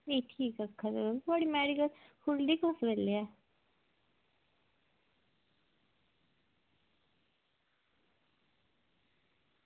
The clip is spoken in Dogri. ठीक ठीक आक्खा दे तुस थुआढ़ी खु'ल्लनी कुस बेल्लै ऐ